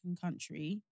country